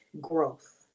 Growth